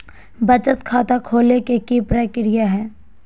बचत खाता खोले के कि प्रक्रिया है?